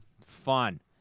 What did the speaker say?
Fun